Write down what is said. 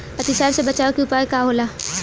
अतिसार से बचाव के उपाय का होला?